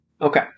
Okay